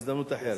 בהזדמנות אחרת.